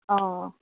অঁ